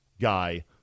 guy